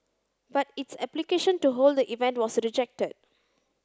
but its application to hold the event was rejected